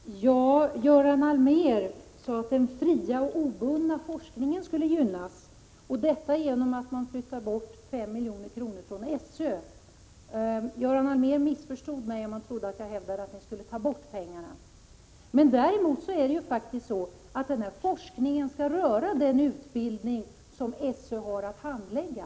Herr talman! Göran Allmér sade att den fria obundna forskningen skulle gynnas genom att man flyttar bort 5 milj.kr. från SÖ. Göran Allmér missförstod mig om han trodde att jag hävdade att vi skulle ta bort pengarna. — Prot. 1986/87:94. Däremot skall forskning avse den utbildning som SÖ har att handlägga.